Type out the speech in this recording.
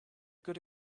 good